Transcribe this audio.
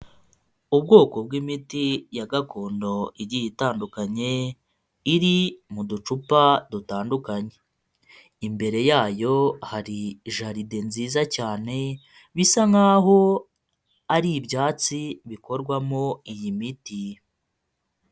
Ubwoko bw'imiti ya gakondo igiye itandukanye iri mu ducupa dutandukanye, imbere yayo hari jaride nziza cyane, bisa nkaho ari ibyatsi bikorwamo iyi miti.